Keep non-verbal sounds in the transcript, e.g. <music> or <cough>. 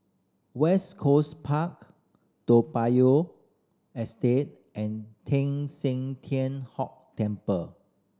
West Coast Park Toa Payoh <unintelligible> and Teng San Tian Hock Temple